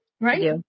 Right